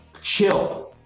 chill